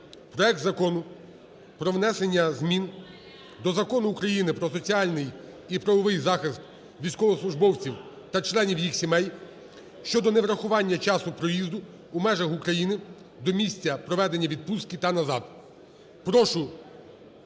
проект Закону про внесення змін до Закону України "Про соціальний і правовий захист військовослужбовців та членів їх сімей" (щодо неврахування часу проїзду у межах України до місця проведення відпустки та назад).